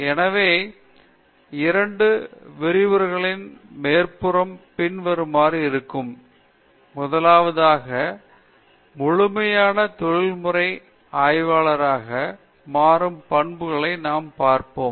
எனவே இரண்டு விரிவுரைகளின் மேற்புறம் பின்வருமாறு இருக்கும் முதலாவதாக முழுமையான தொழில்முறை ஆய்வாளராக மாறும் பண்புகளை நாம் பார்ப்போம்